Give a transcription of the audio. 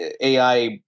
AI